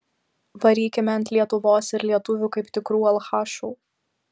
varykime ant lietuvos ir lietuvių kaip tikrų alchašų